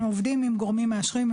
אנחנו עובדים עם גורמים מאשרים,